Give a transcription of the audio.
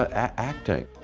ah acting.